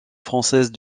française